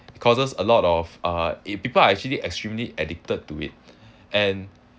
it causes a lot of uh it people are actually extremely addicted to it and